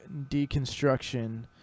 deconstruction